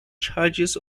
charges